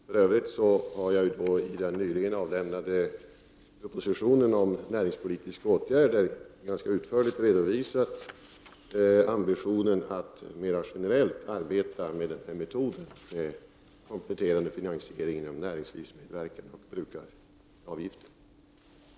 För övrigt har jag i den nyligen avlämnade propositionen om näringspolitiska åtgärder ganska utförligt redovisat ambitionen att mera generellt arbeta med den här metoden, dvs. kompletterande finansiering i form av näringslivsmedverkan och brukaravgifter.